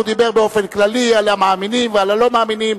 הוא דיבר באופן כללי על המאמינים ועל הלא-מאמינים,